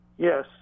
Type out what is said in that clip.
Yes